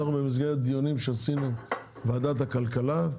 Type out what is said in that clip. אנחנו, במסגרת דיונים שעשינו, וועדת הכלכלה,